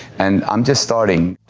and i'm just starting.